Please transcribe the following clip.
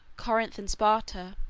corinth and sparta,